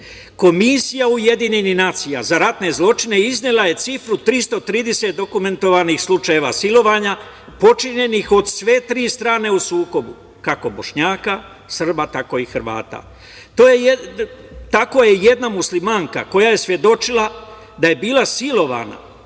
Komisija UN za ratne zločine iznela je cifru 330 dokumentovanih slučajeva silovanja počinjenih od sve tri strane u sukobu kako Bošnjaka, Srba, tako i Hrvata. Tako je jedna Muslimanka, koja je svedočila da je bila silovana